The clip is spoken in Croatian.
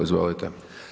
Izvolite.